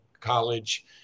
college